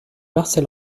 marcel